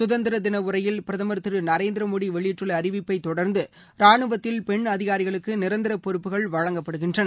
கதந்திர தின உரையில் பிரதமா் திரு நரேந்திர மோடி வெளியிட்டுள்ள அறிவிப்பை தொடா்ந்து ராணுவத்தில் பெண் அதிகாரிகளுக்கு நிரந்தர பொறுப்புகள் வழங்கப்படுகின்றன